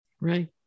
Right